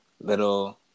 little